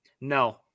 No